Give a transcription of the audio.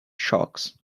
sharks